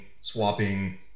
swapping